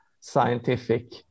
scientific